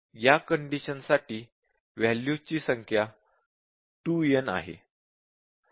या कंडिशन साठी वॅल्यूज ची संख्या 2 n आहे